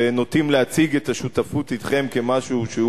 ונוטים להציג את השותפות אתכם כמשהו שהוא